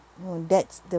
oh that's the